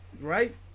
Right